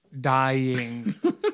dying